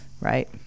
Right